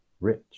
rich